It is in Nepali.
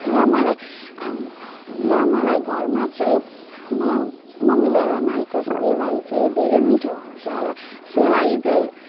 र मलाई र मलाई घरमा चाहिँ म ममीले बनाएको सेवाई चाहिँ धेरै मिठो हुन्छ र सेवाई चाहिँ